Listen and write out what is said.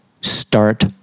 Start